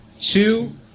two